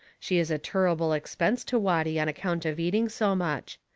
she is a turrible expense to watty on account of eating so much.